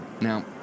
Now